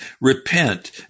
repent